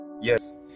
yes